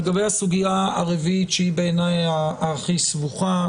לגבי הסוגיה הרביעית שהיא בעיניי הכי סבוכה,